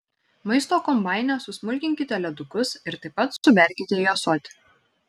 maisto kombaine susmulkinkite ledukus ir taip pat suberkite į ąsotį